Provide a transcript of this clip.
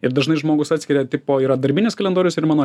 ir dažnai žmogus atskiria tipo yra darbinis kalendorius ir mano